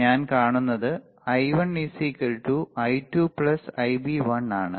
ഞാൻ കാണുന്നത് I1 I2 Ib1 ആണ്